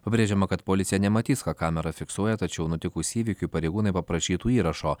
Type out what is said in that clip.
pabrėžiama kad policija nematys ką kamera fiksuoja tačiau nutikus įvykiui pareigūnai paprašytų įrašo